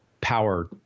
power